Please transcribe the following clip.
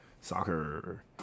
soccer